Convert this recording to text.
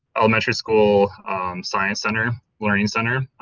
elementary school science center, learning center,